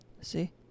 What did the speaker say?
See